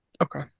Okay